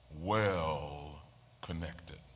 well-connected